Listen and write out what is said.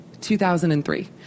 2003